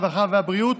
הרווחה והבריאות